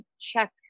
check